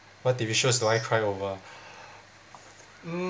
what T_V shows do I cry over mm